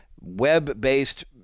web-based